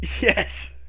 Yes